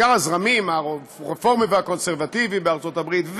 בעיקר הזרמים הרפורמי והקונסרבטיבי בארצות הברית,